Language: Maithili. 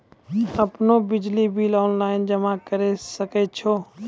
आपनौ बिजली बिल ऑनलाइन जमा करै सकै छौ?